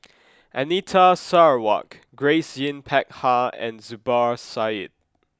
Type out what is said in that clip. Anita Sarawak Grace Yin Peck Ha and Zubir Said